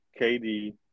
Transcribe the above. KD